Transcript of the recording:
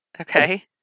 Okay